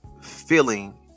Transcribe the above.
feeling